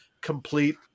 complete